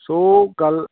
ਸੋ ਗੱਲ